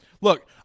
Look